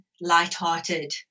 lighthearted